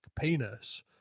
penis